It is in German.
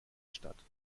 statt